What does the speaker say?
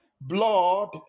Blood